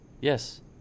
yes